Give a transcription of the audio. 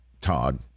Todd